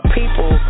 people